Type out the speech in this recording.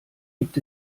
gibt